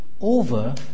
over